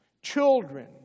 children